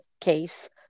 case